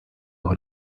what